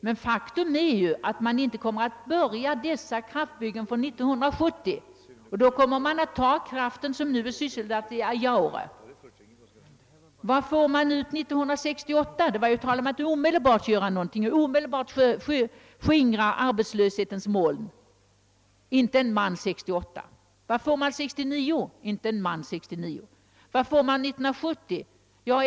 Men faktum är att man inte kan börja kraftverksbygget förrän 1970, och då kommer man att ta den arbetskraft som nu är sysselsatt i Ajaure. Syftet var ju att omedelbart skingra = arbetslöshetens moln, men 1968 skulle inte en enda man sysselsättas. Inte heller 1969 kan en enda man sysselsättas.